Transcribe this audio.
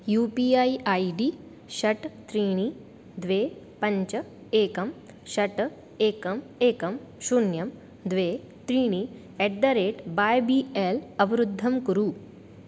you P I ID षट् त्रीणि द्वे पञ्च एकं षट् एकम् एकं शून्यं द्वे त्रीणि at the rate Y B L अवरुद्धं कुरु